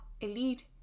elite